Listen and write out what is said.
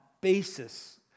basis